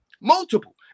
Multiple